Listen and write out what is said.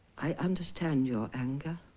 i understand your anger.